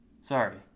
Sorry